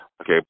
Okay